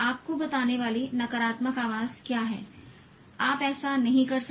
आपको बताने वाली नकारात्मक आवाज़ क्या है आप ऐसा नहीं कर सकते